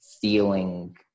feeling